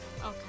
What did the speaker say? Okay